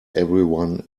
everyone